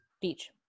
Beach